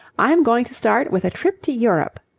i'm going to start with a trip to europe.